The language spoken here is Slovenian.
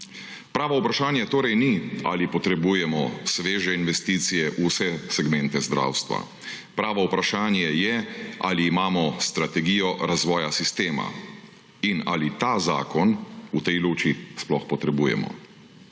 Pravo vprašanje torej ni, ali potrebujemo sveže investicije v vse segmente zdravstva. Pravo vprašanje je, ali imamo strategijo razvoja sistema in ali ta zakon v tej luči sploh potrebujemo.